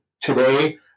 today